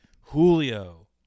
julio